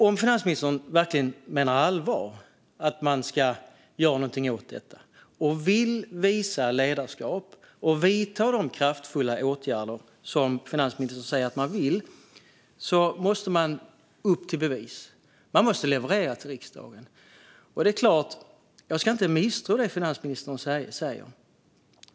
Om man verkligen menar allvar med att man ska göra något åt detta och om man vill visa ledarskap och vidta de kraftfulla åtgärder som man säger att man vill måste man upp till bevis. Man måste leverera till riksdagen. Det är klart; jag ska inte misstro det finansministern säger.